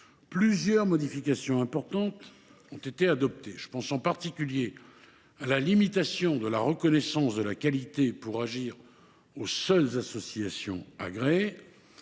plusieurs modifications importantes ont été apportées. Je pense en particulier à la limitation de la reconnaissance de la qualité pour agir aux seules associations agréées,